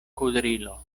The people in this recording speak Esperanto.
kudrilo